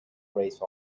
race